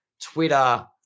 Twitter